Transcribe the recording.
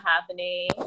happening